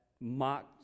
mock